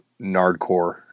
Nardcore